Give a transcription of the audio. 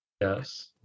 yes